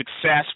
success